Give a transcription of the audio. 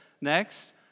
Next